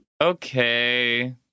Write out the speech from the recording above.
Okay